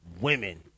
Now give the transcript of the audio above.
women